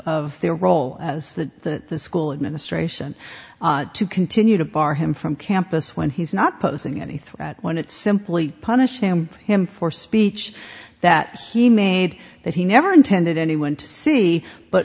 of their role as the school administration to continue to bar him from campus when he's not posing any threat when it's simply punish him for him for speech that he made that he never intended anyone to see but